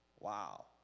Wow